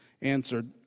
answered